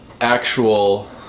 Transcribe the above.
actual